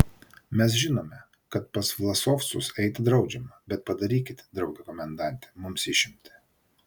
mes žinome kad pas vlasovcus eiti draudžiama bet padarykit drauge komendante mums išimtį